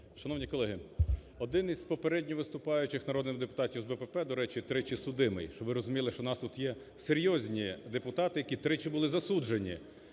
Шановні колеги, один із попередніх виступаючих народних депутатів з БПП, до речі, тричі судимий, щоб ви розуміли, що у нас тут є серйозні депутати, які тричі були засуджені